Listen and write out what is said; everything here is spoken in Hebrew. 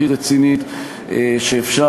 הכי רצינית שאפשר.